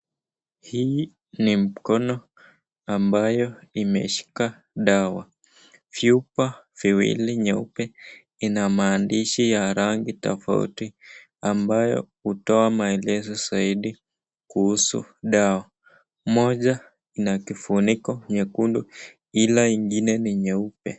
Hii ni mkono ambayo imeshika dawa ,vyupa viwili nyeupe ina maandishi ya rangi tofauti ambayo hutoa maelezo zaidi kuhusu dawa .Moja ina kifuniko nyekundu ila ingine ni nyeupe.